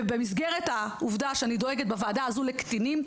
במסגרת העובדה שאני דואגת בוועדה הזאת לקטינים,